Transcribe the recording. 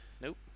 Nope